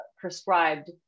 prescribed